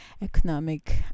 economic